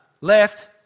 left